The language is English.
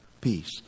peace